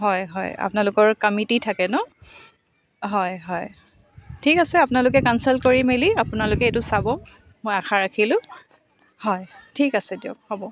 হয় হয় আপোনালোকৰ কমিটি থাকে ন হয় হয় ঠিক আছে আপোনালোকে কনছাল্ট কৰি মেলি আপোনালোকে এইটো চাব মই আশা ৰাখিলোঁ হয় ঠিক আছে দিয়ক হ'ব